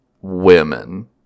women